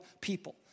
people